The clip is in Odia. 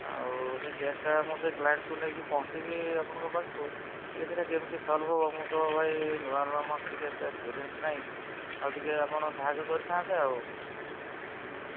ଆଉ ସେ କେସ୍ଟା ମୁଁ ସେ କ୍ଲାଇଣ୍ଟ୍କୁ ନେଇକି ପହଞ୍ଚିବି ଆପଣଙ୍କ ପାଖକୁ ଟିକେ ସେଇଟା କେମିତି ସଲ୍ଭ୍ ହେବ ମୁଁ ତ ଭାଇ ନୂଆ ନୂଆ ମୋର ଟିକେ ଏତେ ଏକ୍ସପେରିଏନ୍ସ୍ ନାହିଁ ଆଉ ଟିକେ ଆପଣ ସାହାଯ୍ୟ କରିଥାନ୍ତେ ଆଉ